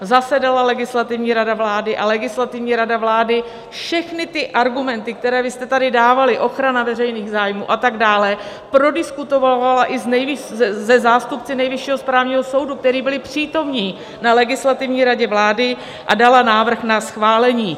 Zasedala Legislativní rada vlády a Legislativní rada vlády všechny ty argumenty, které vy jste tady dávali, ochrana veřejných zájmů, a tak dále, prodiskutovávala i se zástupci Nejvyššího správního soudu, kteří byli přítomni na Legislativní radě vlády, a dala návrh na schválení.